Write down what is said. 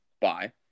bye